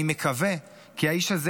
אני מקווה כי האיש הזה